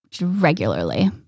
regularly